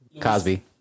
Cosby